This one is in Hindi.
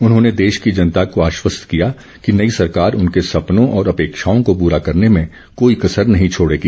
उन्होंने देश की जनता को आश्वस्त किया कि नई सरकार उनके सपनों और अपेक्षाओं को पूरा करने में कोई कसर नहीं छोड़ेगी